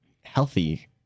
healthy